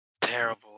Terrible